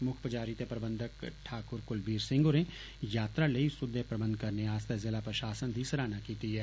मुक्ख पजारी ते प्रबंधक ठाकुर कुलबीर सिंह होरें यात्रा लेई सुद्दे प्रबंध करने आस्तै ज़िला प्रशासन दी सराहना कीती ऐ